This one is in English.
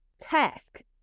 task